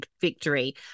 Victory